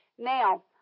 Now